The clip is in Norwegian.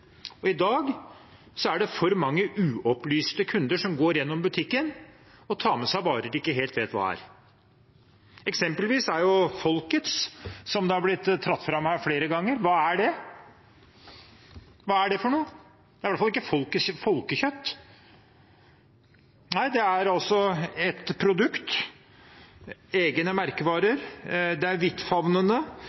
I dag er det for mange uopplyste kunder som går gjennom butikken og tar med seg varer de ikke helt vet hva er. Eksempelvis Folkets, som har blitt dratt fram her flere ganger, hva er det? Hva er det for noe? Det er i hvert fall ikke folkekjøtt. Nei, det er et produkt av egne merkevarer, det er